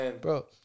bro